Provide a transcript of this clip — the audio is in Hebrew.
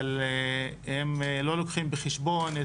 אבל הם לא לוקחים בחשבון,